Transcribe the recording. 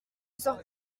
sors